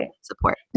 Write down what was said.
support